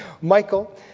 Michael